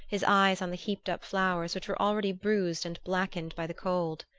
his eyes on the heaped-up flowers which were already bruised and blackened by the cold.